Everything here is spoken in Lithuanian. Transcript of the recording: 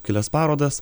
kelias parodas